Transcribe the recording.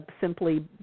simply